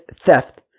theft